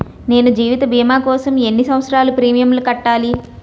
నేను జీవిత భీమా కోసం ఎన్ని సంవత్సారాలు ప్రీమియంలు కట్టాలి?